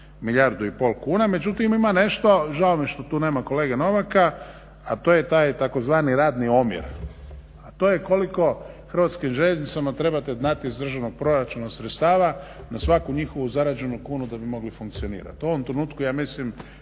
milijardu i pol kuna. Međutim ima nešto žao mi je što tu nema kolege Novaka, a to je taj tzv. radni omjer a to je koliko Hrvatskim željeznicama trebate dati iz državnog proračuna sredstava na svaku njihovu zarađenu kunu da bi mogli funkcionirati.